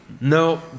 No